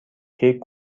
کیک